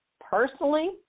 personally